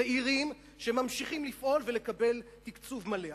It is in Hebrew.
זעירים, שממשיכים לפעול ולקבל תקצוב מלא.